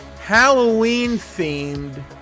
Halloween-themed